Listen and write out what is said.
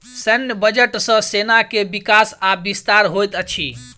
सैन्य बजट सॅ सेना के विकास आ विस्तार होइत अछि